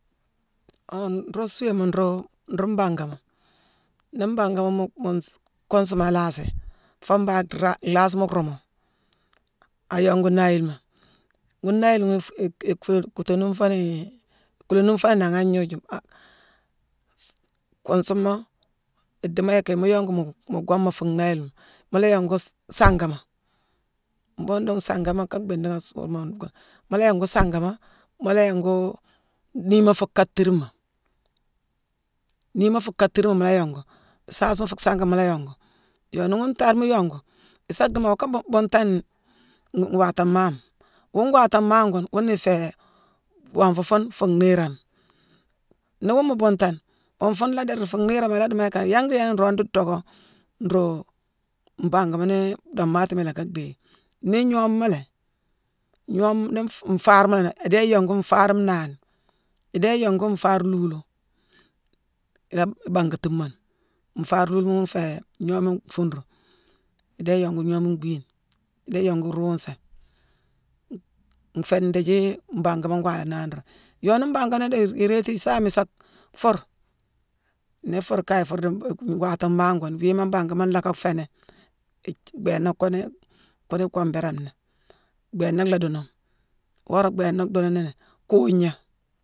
Ghune nroog suuéma nroog nruu mbangama. Nii bangama mu-mu-ns-kuunsuma laasi foo mbangh-nraa- lhaasima ruumu, a yongu naayilema. Ghune naayile ghune-fii-i-fé- kutanuun foonii- kuulani fooni nangha agnooju-a-kuusuma idiimo yicki mu yongu mu gomma fuu naayilema. Mu la yongu sangema, mbhuughune dong sangema kaa bhiidighi aa suuama, ngoo-mu la yongu sangama, mu la yonguu niima fuu kaattirima. Niima fuu kattirima mu la yongu, saasima fuu sangama mu la yongu. Yoo nii ghune ntaade mu yongu, isaa dhiimo awoo ka bhuun- buuntane nwaatamame. Wuune waatamane ghune wuuna iféé wonfu fuune fuu niiroma. Nii fuune mu buuntane, wonfu fuune la dii dii fuu niirama ala diimo yicki yangh dii yangh nan nroog nruu docka, nruu mbangama nii doomaatima ila ka dhéye. Nii gnooma langhi, gnoome-ni-n- nfaarma léé idéé yongu nfaar nnaane, idéé iyongu nfaar luulu, ila-bangatimoni. Nfaar luulu ghune nféé gnoome nfuuru, idéé yongu gnoome mbhiine, idéé yongu ruusaane, nféé ndiithi mbangama ngwaala naa roog ni. Yooni bangama-dé- irééti isaame isaa fuur. Nii fuur kaye fuur dii ngwaatamane ghune wiima mbangama nlaacka fééni-i- bhééna ghune, ghune goo béérane ni. Bhééna lhaa duunu. Wora bhééna duunu ni, kuugna